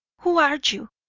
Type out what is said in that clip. who are you?